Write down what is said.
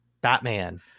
Batman